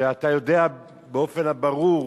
שאתה יודע באופן הברור,